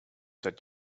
that